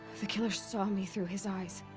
the killers saw me through his eyes.